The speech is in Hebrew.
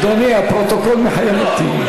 אדוני, הפרוטוקול מחייב אותי.